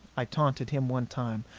i taunted him one time,